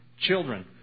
children